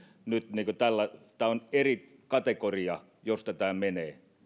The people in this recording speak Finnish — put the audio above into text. nyt tällä tämä on eri kategoria josta tämä menee